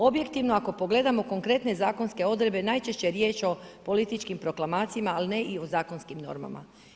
Objektivno ako pogledamo konkretne zakonske odredbe najčešće je riječ o političkim proklamacijama, ali ne i o zakonskim normama.